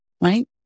right